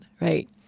right